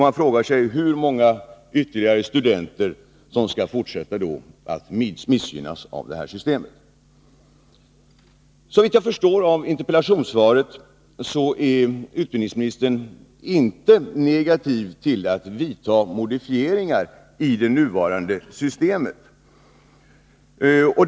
Jag frågar mig hur många ytterligare studenter som då skall fortsätta att missgynnas av detta system. Såvitt jag förstår av interpellationssvaret är utbildningsministern inte negativ till att vidta modifieringar av det nuvarande systemet.